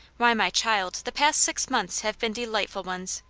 why, my child, the past six months have been de lightful ones!